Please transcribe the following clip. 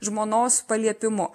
žmonos paliepimu